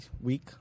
week